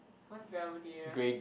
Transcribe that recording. what's Belvedere